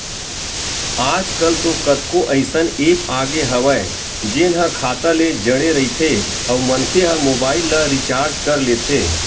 आजकल तो कतको अइसन ऐप आगे हवय जेन ह खाता ले जड़े रहिथे अउ मनखे ह मोबाईल ल रिचार्ज कर लेथे